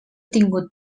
tingut